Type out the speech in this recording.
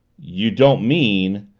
you don't mean?